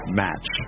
match